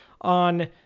on